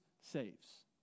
saves